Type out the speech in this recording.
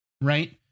Right